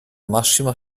massima